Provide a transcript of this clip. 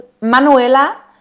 Manuela